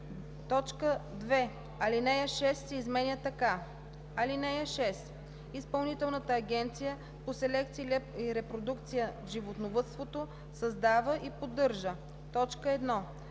2. Алинея 6 се изменя така: „(6) Изпълнителната агенция по селекция и репродукция в животновъдството създава и поддържа: 1.